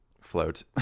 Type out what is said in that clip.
float